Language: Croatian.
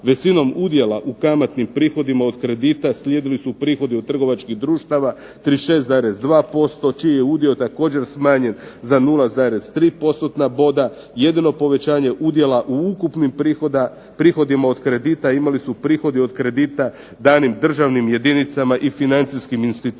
visinom udjela u kamatnim prihodima od kredita slijedili su prihodi od trgovačkih društava 36,2% čiji je udio također smanjen za 0,3%-tna boda jedino povećanje udjela u ukupnim prihodima od kredita imali su prihodi od kredita danim državnim jedinicama i financijskim institucijama